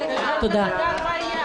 ישיבה זו נעולה.